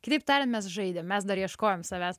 kitaip tarėm mes žaidėm mes dar ieškojom savęs